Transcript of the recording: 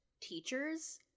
teachers